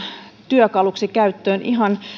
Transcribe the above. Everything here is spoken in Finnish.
työkaluksi käyttöön ihan